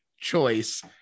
choice